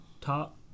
top